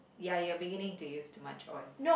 ya you're beginning to use too much oil